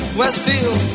westfield